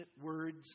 words